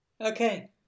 Okay